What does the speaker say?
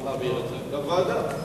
לוועדה.